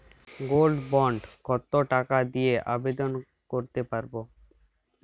Gold bond কত টাকা দিয়ে আবেদন করতে পারবো?